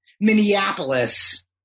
Minneapolis